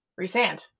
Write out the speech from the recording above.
Resand